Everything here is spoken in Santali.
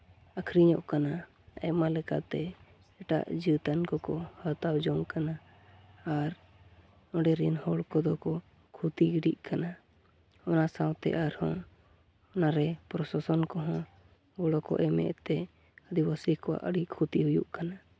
ᱟᱹᱠᱷᱨᱤᱧᱚᱜ ᱠᱟᱱᱟ ᱟᱭᱢᱟ ᱞᱮᱠᱟᱛᱮ ᱮᱴᱟᱜ ᱡᱟᱹᱛᱟᱱ ᱠᱚᱠᱚ ᱦᱟᱛᱟᱣ ᱡᱚᱝ ᱠᱟᱱᱟ ᱟᱨ ᱚᱸᱰᱮ ᱨᱤᱱ ᱦᱚᱲ ᱠᱚᱫᱚ ᱠᱚ ᱠᱷᱩᱛᱤ ᱜᱤᱰᱤᱜ ᱠᱟᱱᱟ ᱚᱱᱟ ᱥᱟᱶᱛᱮ ᱟᱨᱦᱚᱸ ᱚᱱᱟᱨᱮ ᱯᱨᱚᱥᱟᱥᱚᱱ ᱠᱚᱦᱚᱸ ᱜᱚᱲᱚ ᱠᱚ ᱟᱹᱜᱩᱭᱮᱫ ᱛᱮ ᱟᱹᱫᱤᱵᱟᱹᱥᱤ ᱠᱚᱣᱟᱜ ᱟᱹᱰᱤ ᱠᱷᱩᱛᱤ ᱦᱩᱭᱩᱜ ᱠᱟᱱᱟ